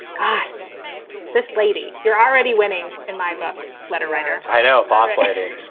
cos this lady you're already winning in my book. letter writer i know. boss lady,